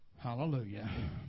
Hallelujah